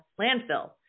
landfill